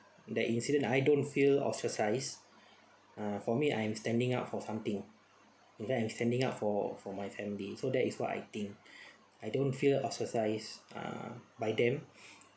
that incident I don't feel ostracised uh for me I'm standing up for something in fact I'm standing up for for my family so that is what I think I don't fear ostracised uh by them